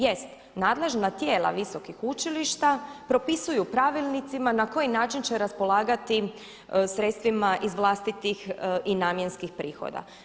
Jest nadležna tijela visokih učilišta propisuju pravilnicima na koji način će raspolagati sredstvima iz vlastitih i namjenskih prihoda.